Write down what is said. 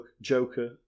Joker